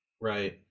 right